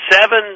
seven